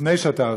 לפני שאתה הוספת.